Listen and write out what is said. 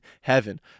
heaven